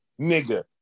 nigga